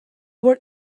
our